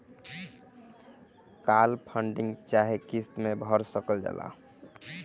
काल funding चाहे किस्त मे भर सकल जाला